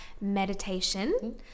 meditation